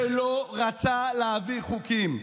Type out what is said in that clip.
שלא רצה להביא חוקים.